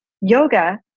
yoga